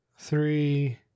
Three